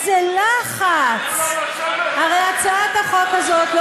החקירות, החקירות.